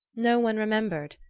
no one remembered,